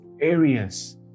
areas